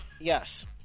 yes